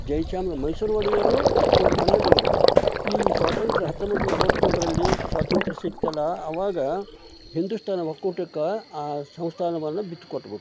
ಜಯಚಾಮ ಮೈಸೂರು ಒಡೆಯರು ಇವ್ರು ಕನ್ನಡಿಗರು ಈ ಸ್ವಾತಂತ್ರ್ಯ ಹತ್ತೊಂಬತ್ನೂರ ನಲ್ವತ್ತೇಳರಲ್ಲಿ ಸ್ವಾತಂತ್ರ್ಯ ಸಿಕ್ತಲ್ಲ ಅವಾಗ ಹಿಂದುಸ್ಥಾನ ಒಕ್ಕೂಟಕ್ಕೆ ಆ ಸಂಸ್ಥಾನವನ್ನು ಬಿಟ್ಕೊಟ್ಬಿಟ್ಟರು